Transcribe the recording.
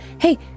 Hey